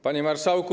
Panie Marszałku!